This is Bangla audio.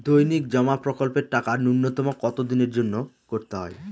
দৈনিক জমা প্রকল্পের টাকা নূন্যতম কত দিনের জন্য করতে হয়?